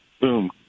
boom